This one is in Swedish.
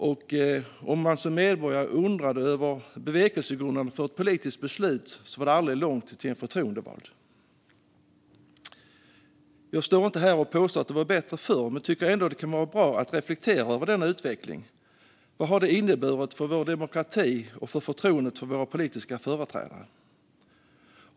Om man som medborgare undrade över bevekelsegrunden för ett politiskt beslut var det aldrig långt till en förtroendevald. Jag står inte här och påstår att det var bättre förr, men jag tycker ändå att det kan vara bra att reflektera över denna utveckling. Vad har det inneburit för vår demokrati och för förtroendet för våra politiska företrädare?